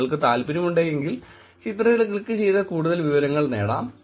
നിങ്ങൾക്ക് താല്പര്യമുണ്ടെങ്കിൽ ചിത്രത്തിൽ ക്ലിക്ക് ചെയ്ത് കൂടുതൽ വിവരങ്ങൾ നേടാം